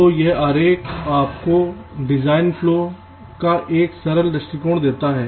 तो यह आरेख आपको डिजाइन फ्लो का एक सरल दृष्टिकोण देता है